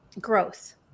growth